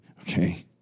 okay